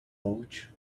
vouch